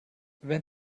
wenn